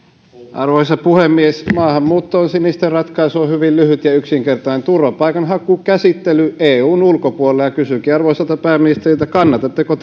arvoisa puhemies maahanmuuttoon sinisten ratkaisu on hyvin lyhyt ja yksinkertainen turvapaikanhakukäsittely eun ulkopuolelle kysynkin arvoisalta pääministeriltä kannatatteko